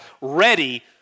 ready